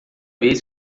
vez